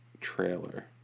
trailer